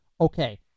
Okay